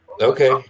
Okay